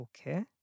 Okay